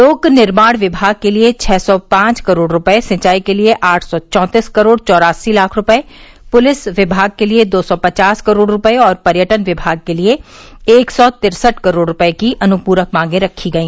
लोक निर्माण किनाग के लिये छह सौ पांच करोड़ रूपये सिंचाई के लिये आठ सौ चौतीस करोड़ चौरासी लाख रूपये पुलिस विमाग के लिये दो सौ पचास करोड़ रूपये और पर्यटन विमाग के लिये एक सौ तिस्सठ करोड़ रूपये की अनुप्रक मांगे रखी गई